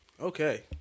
Okay